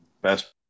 best